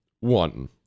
One